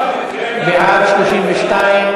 2013